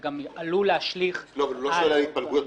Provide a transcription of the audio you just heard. זה גם עלול להשליך --- הוא לא שואל על ההתפלגויות.